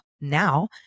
Now